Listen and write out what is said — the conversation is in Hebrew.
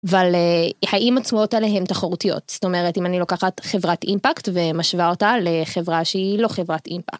אבל האם עצמאות האלה הן תחרותיות? זאת אומרת, אם אני לוקחת חברת אימפקט ומשווה אותה לחברה שהיא לא חברת אימפקט.